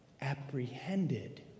apprehended